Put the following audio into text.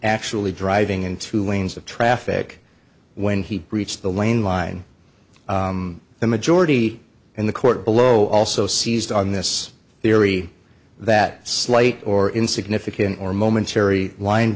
actually driving in two lanes of traffic when he reached the lane line the majority in the court below also seized on this theory that slight or insignificant or momentary lin